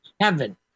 heaven